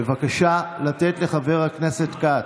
בבקשה לתת לחבר הכנסת כץ.